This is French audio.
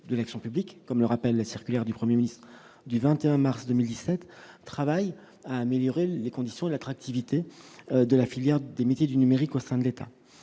de l'action publique, comme le rappelle la circulaire du 1er ministre du 21 mars 2017 travaille à améliorer les conditions de l'attractivité de la filière des métiers du numérique au sein de l'État,